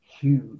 huge